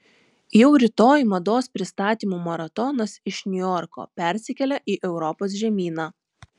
jau rytoj mados pristatymų maratonas iš niujorko persikelia į europos žemyną